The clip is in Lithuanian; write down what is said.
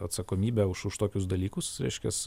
atsakomybę už už tokius dalykus reiškias